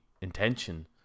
intention